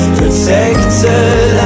protected